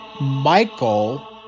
Michael